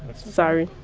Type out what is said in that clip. sorry